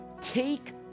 Take